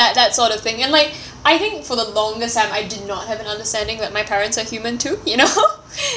that that sort of thing and like I think for the longest time I did not have an understanding that my parents are human too you know